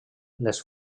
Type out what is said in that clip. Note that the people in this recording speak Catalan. les